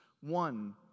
one